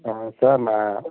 ஆ sir நான்